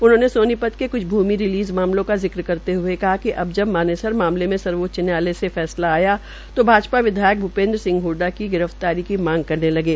उन्होंने सोनीपत के क्छ भूमि रिलीज मामलों का जिक्र करते हए कहा कि अब तक मानेसर मामले में सर्वोच्च न्यायालय से फैसला आया तो भाजपा विधायक भूपेन्द्र सिंह हडडा की गिर फ्तारी की मांग करने लगे